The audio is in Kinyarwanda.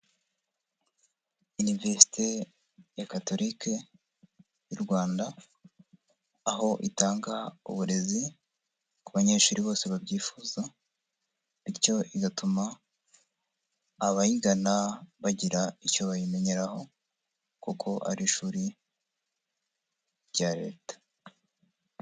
Universite de Catholique y'u Rwanda, aho itanga uburezi ku banyeshuri bose babyifuza, bityo igatuma abayigana bagira icyo bayimenyeraho. Kuko ari ishuri rya leta.